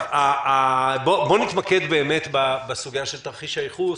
בוא נתמקד באמת בסוגיה של תרחיש הייחוס,